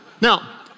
Now